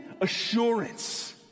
assurance